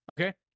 Okay